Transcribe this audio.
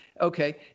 Okay